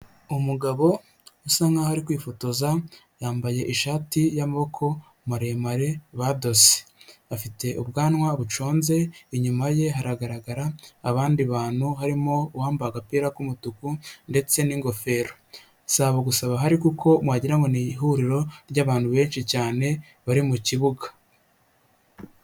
Umugabo usa nkaho ari kwifotoza, yambaye ishati y'amaboko maremare badoze, afite ubwanwa buconze, inyuma ye haragaragara abandi bantu harimo uwambaye agapira k'umutuku ndetse n'ingofero. Si abo gusa bahari kuko wagira ngo ni ihuriro ry'abantu benshi cyane bari mu kibuga.